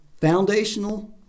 foundational